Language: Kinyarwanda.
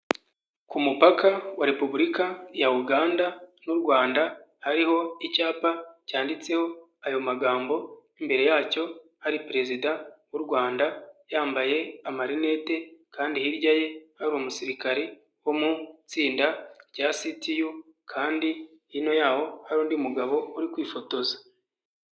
Ku mupaka wa Repubulika ya Uganda n'u Rwanda hariho icyapa cyanditseho ayo magambo imbere yacyo hari perezida w'u Rwanda yambaye amarinete kandi hirya ye hari umusirikare wo mu itsinda rya CTU kandi hino yaho hari undi mugabo uri kwifotoza.